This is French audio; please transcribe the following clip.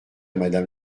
madame